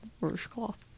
Washcloth